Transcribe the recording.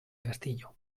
castillo